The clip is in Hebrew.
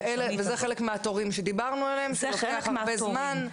וזה חלק מהתורים שדיברנו עליהם, שלוקח הרבה זמן?